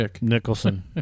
Nicholson